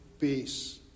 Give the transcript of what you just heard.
peace